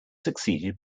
succeeded